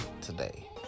today